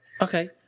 Okay